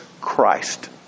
Christ